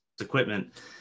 equipment